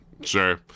sure